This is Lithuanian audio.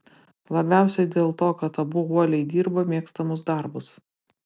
labiausiai dėl to kad abu uoliai dirbo mėgstamus darbus